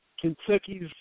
Kentucky's